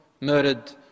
murdered